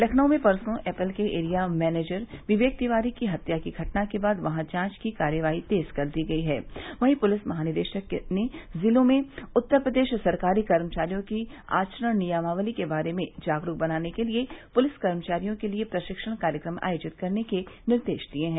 लखनऊ में परसों एपल के एरिया मैनेजर विवेक तिवारी की हत्या की घटना के बाद जहां जांच की कार्रवाई तेज की गई है वहीं पुलिस महानिदेशक ने जिलों में उत्तर प्रदेश सरकारी कर्मचारियों की आचरण नियमावली के बारे में जागरूक बनाने के लिए पुलिस कर्मचारियों के लिए प्रशिक्षण कार्यक्रम आयोजित करने के निर्देश दिये हैं